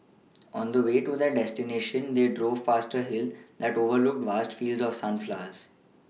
on the way to their destination they drove past a hill that overlooked vast fields of sunflowers